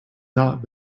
not